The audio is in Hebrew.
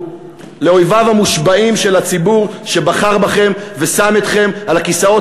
לאויביו המושבעים של הציבור שבחר בכם ושם אתכם על הכיסאות